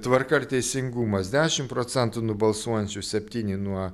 tvarka ir teisingumas dešim procentų nu balsuojančių septyni nuo